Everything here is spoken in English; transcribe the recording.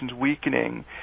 weakening